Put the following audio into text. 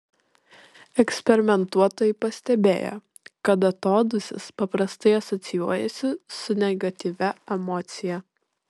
eksperimentuotojai pastebėjo kad atodūsis paprastai asocijuojasi su negatyvia emocija